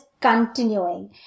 continuing